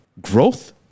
growth